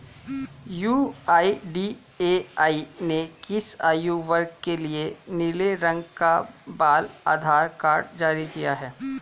UIDAI ने किस आयु वर्ग के लिए नीले रंग का बाल आधार कार्ड जारी किया है?